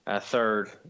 third